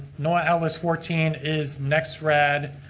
know. alice fourteen is next. rad.